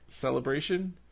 celebration